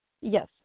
Yes